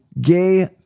gay